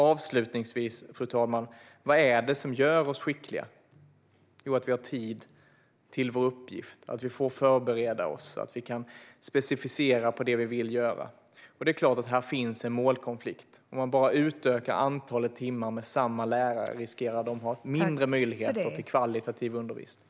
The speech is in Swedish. Avslutningsvis, fru talman, är frågan vad det är som gör oss skickliga. Jo, det är att vi har tid till vår uppgift, att vi får förbereda oss så att vi kan specificera på det vi vill göra. Det är klart att här finns en målkonflikt. Om man bara utökar antalet timmar med samma lärare riskerar de att ha mindre möjligheter till högkvalitativ undervisning.